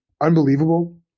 unbelievable